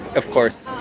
of course,